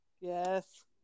yes